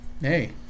hey